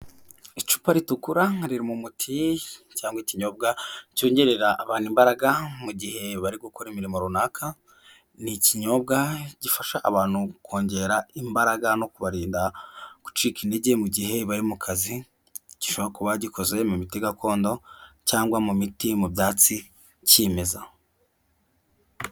Icupa ritukura ririmo umuti cyangwa ikinyobwa cyongerera abantu imbaraga mu gihe bari gukora imirimo runaka ni ikinyobwa gifasha abantu kongera imbaraga no kubarinda gucika intege mu gihe bari mu kazi kiva ku bagikoze mu miti gakondo cyangwa mu miti mu byatsi kimeza.